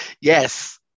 Yes